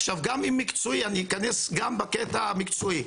עכשיו גם מקצועי, אני אכנס גם לקטע המקצועי.